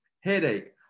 headache